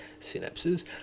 synapses